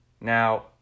Now